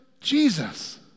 Jesus